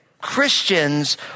Christians